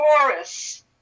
chorus